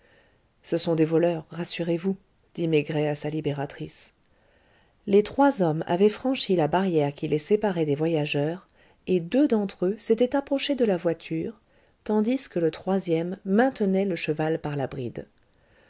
ce sont des voleurs rassurez-vous dit maigret à sa libératrice les trois hommes avaient franchi la barrière qui les séparait des voyageurs et deux d'entre eux s'étaient approchés de la voiture tandis que le troisième maintenait le cheval par la bride